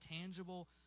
tangible